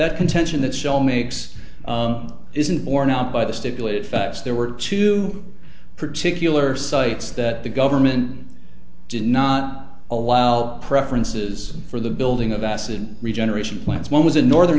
contention that show makes isn't borne out by the stipulated facts there were two particular sites that the government did not allow preferences for the building of acid regeneration plants one was in northern